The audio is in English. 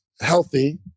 healthy